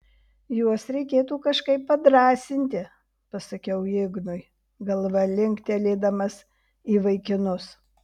juos reikėtų kažkaip padrąsinti pasakiau ignui galva linktelėdamas į vaikinus